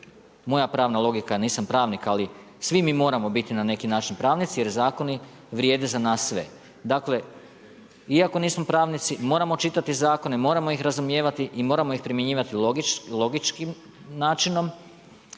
moja pravna logika. Nisam pravnik ali svi mi moramo biti na neki način pravnici jer zakoni vrijede za nas sve. Dakle, iako nismo pravnici, moramo čitati zakone, moramo ih razumijevati i moramo ih primjenjivati logičkim načinom